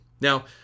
Now